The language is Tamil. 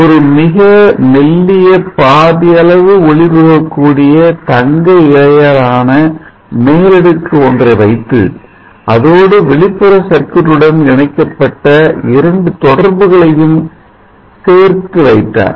ஒரு மிக மெல்லிய பாதி அளவு ஒளி புகக் கூடிய தங்க இழையால் ஆன மேலடுக்கு ஒன்றை வைத்து அதோடு வெளிப்புற சர்க்யூட் உடன் இணைக்கப்பட்ட இரண்டு தொடர்புகளையும் சேர்த்து வைத்தார்